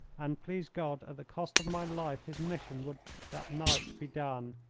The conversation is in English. and, please god, at the cost of my life his mission would that night be done.